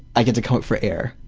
i get to come up for air,